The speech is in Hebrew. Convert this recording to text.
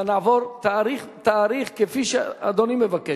ונעבור תאריך תאריך כפי שאדוני מבקש,